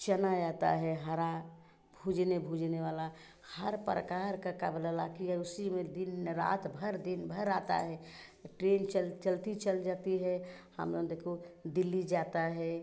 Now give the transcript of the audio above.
चना आता है हरा फूजने भूजने वाला हर प्रकार का का बोला ला कि उसी में दिन रात भर दिन भर आता है ट्रेन चल चलती चल जाती है हम लोग देखो दिल्ली जाता है